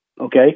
okay